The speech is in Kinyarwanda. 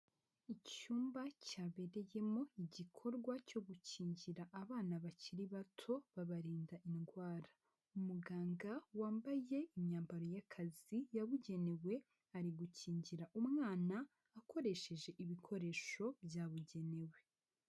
Icyumba cyabereyemo igikorwa cyo gukingira abana bakiri bato babarinda indwara, umuganga wambaye imyambaro y'akazi yabugenewe ari gukingira umwana akoresheje ibikoresho byabugenewe.